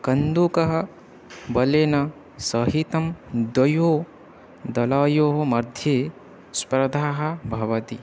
कन्दुकः बलेन सहितं द्वयोः दलायोर्मध्ये स्पर्धा भवति